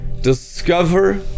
discover